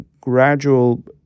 gradual